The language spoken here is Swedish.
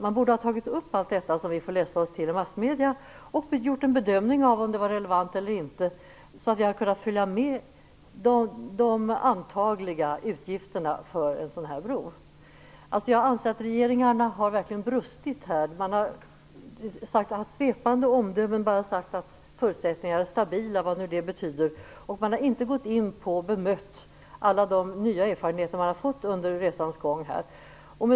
Man borde där ha tagit upp allt det som vi får läsa oss till i massmedier och gjort en bedömning av om det var relevant eller inte, så att vi hade kunnat bilda oss en uppfattning om de antagliga utgifterna för en bro. Regeringarna har verkligen brustit här. Man har i svepande omdömen bara sagt att förutsättningarna är stabila - vad nu det betyder. Man har inte gått in och bemött alla de nya erfarenheter som har kommit fram under resans gång.